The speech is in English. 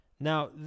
Now